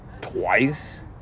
Twice